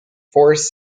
forrest